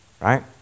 Right